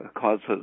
causes